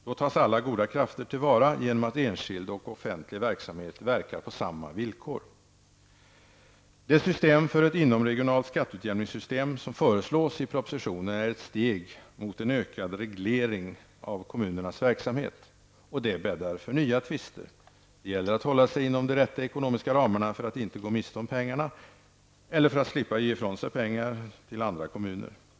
Då tas alla goda krafter till vara genom att enskild och offentlig verksamhet verkar på samma villkor. Det system för ett inomregionalt skatteutjämningssystem som föreslås i propositionen är ett steg mot en ökad reglering av kommunernas verksamhet. Detta bäddar för nya tvister. Det gäller att hålla sig inom de ''rätta'' ekonomiska ramarna för att inte gå miste om pengarna, eller för att slippa ge ifrån sig pengar till andra kommuner.